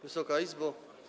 Wysoka Izbo!